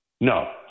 No